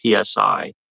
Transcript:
PSI